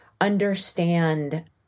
understand